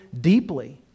deeply